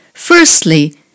Firstly